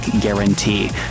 guarantee